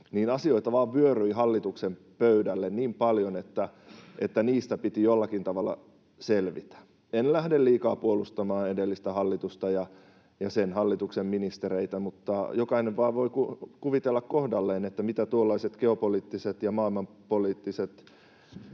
alkoi, asioita vaan vyöryi hallituksen pöydälle niin paljon, että niistä piti jollakin tavalla selvitä. En lähde liikaa puolustamaan edellistä hallitusta ja sen hallituksen ministereitä, mutta jokainen vaan voi kuvitella kohdalleen, mitä tuollaiset geopoliittiset ja maailmanpoliittiset